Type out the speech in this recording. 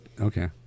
okay